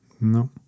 No